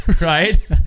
right